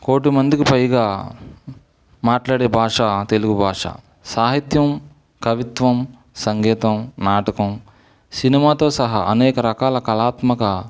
కోటి మందికి పైగా మాట్లాడే భాష తెలుగు భాష సాహిత్యం కవిత్వం సంగీతం నాటకం సినిమాతో సహా అనేక రకాల కళాత్మక